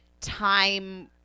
time